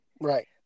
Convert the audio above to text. right